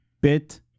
bit